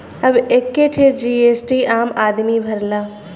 अब एक्के ठे जी.एस.टी आम आदमी भरला